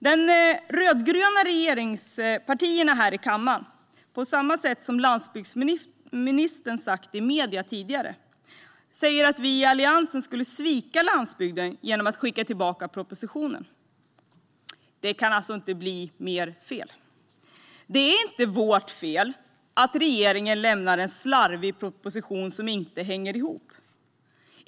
De rödgröna regeringspartierna säger här i kammaren detsamma som landsbygdsministern har sagt i medierna: att vi i Alliansen sviker landsbygden genom att skicka tillbaka propositionen. Det kan inte bli mer fel. Det är inte vårt fel att regeringen lämnar en slarvig proposition som inte hänger ihop.